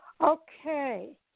Okay